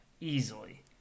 easily